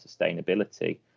sustainability